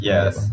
Yes